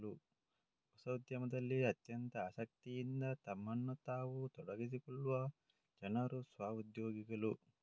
ಹೊಸ ಉದ್ಯಮದಲ್ಲಿ ಅತ್ಯಂತ ಆಸಕ್ತಿಯಿಂದ ತಮ್ಮನ್ನು ತಾವು ತೊಡಗಿಸಿಕೊಳ್ಳುವ ಜನರು ಸ್ವ ಉದ್ಯೋಗಿಗಳು